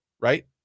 right